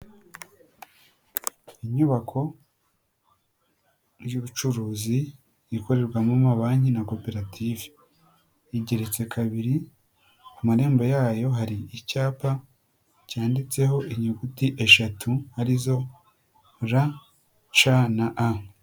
Inyubako y'ubucuruzi ikorerwamo amabanki na koperative, igeretse kabiri ku marembo yayo, hari icyapa cyanditseho inyuguti eshatu arizo: R.C, na A.